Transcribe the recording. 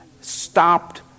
stopped